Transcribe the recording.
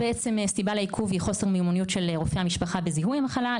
סיבה נוספת לעיכוב היא חוסר מיומנויות של רופא המשפחה בזיהוי המחלה.